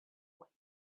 weight